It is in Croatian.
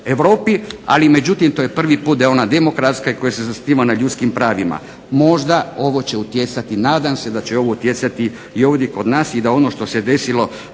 ali međutim to je prvi put da je ona demokratska i koja se zasniva na ljudskim pravima. Možda ovo će utjecati, nadam se da će ovo utjecati i ovdje kod nas i da ono što se desilo